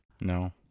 No